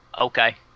Okay